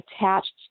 attached